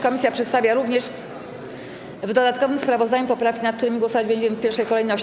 Komisja przedstawia również w dodatkowym sprawozdaniu poprawki, nad którymi głosować będziemy w pierwszej kolejności.